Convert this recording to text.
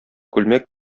күлмәк